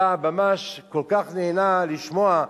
אתה ממש כל כך נהנה לשמוע,